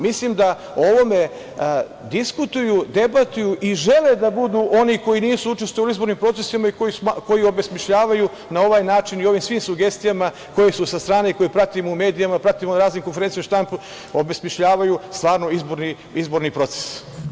Mislim da o ovome diskutuju, debatuju i žele da budu oni koji nisu učestvovali u izbornim procesima i koji obesmišljavaju na ovaj način i ovim svim sugestijama koji su sa strane i koje pratimo u medijima, pratimo na raznim konferencijama za štampu, obesmišljavaju stvarno izborni proces.